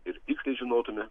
ir tiksliai žinotume